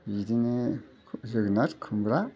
बिदिनो जोगोनार खुमब्रा